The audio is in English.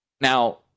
Now